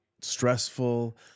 stressful